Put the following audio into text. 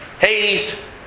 Hades